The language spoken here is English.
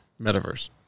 metaverse